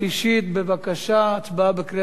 בבקשה, הצבעה בקריאה שלישית.